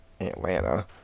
Atlanta